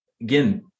again